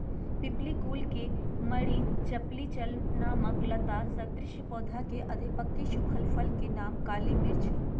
पिप्पली कुल के मरिचपिप्पली नामक लता सदृश पौधा के अधपके सुखल फल के नाम काली मिर्च हई